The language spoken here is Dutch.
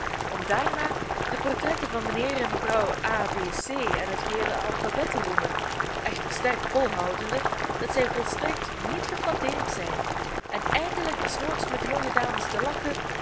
om daarna de portretten van mijnheer en mevrouw a b c en het geheele alphabet te roemen echter sterk volhoudende dat zij volstrekt niet geflatteerd zijn en eindelijk des noods met de jonge dames te lachen